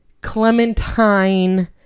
Clementine